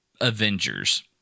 Avengers